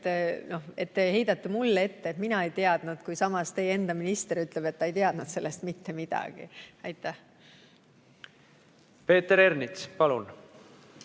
aga te heidate mulle ette, et mina ei teadnud. Samas teie enda minister ütleb, et ta ei teadnud sellest mitte midagi. Peeter Ernits, palun!